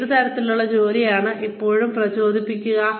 ഏത് തരത്തിലുള്ള ജോലിയാണ് ഇപ്പോഴും നിങ്ങളെ പ്രചോദിപ്പിക്കുക